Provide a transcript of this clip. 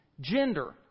Gender